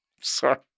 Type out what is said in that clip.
Sorry